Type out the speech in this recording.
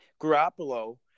Garoppolo